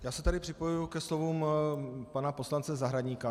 Já se tady připojuji ke slovům pana poslance Zahradníka.